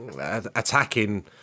attacking